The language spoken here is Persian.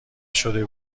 شده